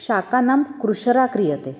शाकानां कृषरा क्रियते